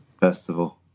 festival